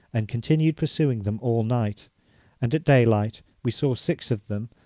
and continued pursuing them all night and at daylight we saw six of them,